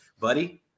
buddy